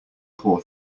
poor